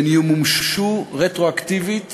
והם ימומשו רטרואקטיבית